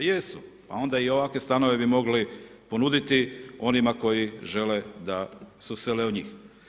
Jesu, pa onda i ovakve stanove bi mogli ponuditi onima koji žele da se usele u njih.